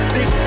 Big